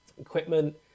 equipment